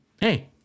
hey